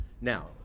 Now